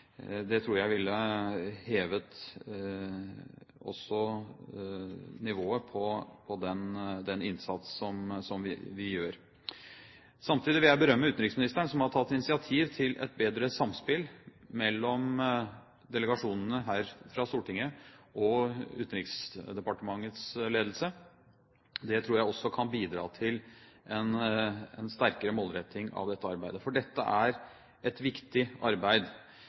Det tror jeg ville hevet også nivået på den innsats som vi gjør. Samtidig vil jeg berømme utenriksministeren, som har tatt initiativ til et bedre samspill mellom delegasjonene fra Stortinget og Utenriksdepartementets ledelse. Det tror jeg også kan bidra til en sterkere målretting av dette arbeidet, for dette er et viktig arbeid.